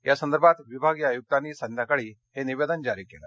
यासंदर्भात विभागीय आयुर्कांनी संध्याकाळी हे निवेदन जारी केलं